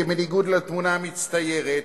כי בניגוד לתמונה המצטיירת,